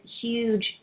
huge